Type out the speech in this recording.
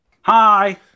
Hi